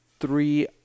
three